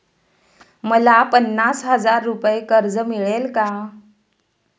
मला पन्नास हजार रुपये कर्ज मिळेल का?